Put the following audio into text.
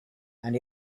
and